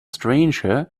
stranger